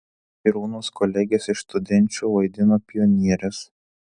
irūnos kolegės iš studenčių vaidino pionieres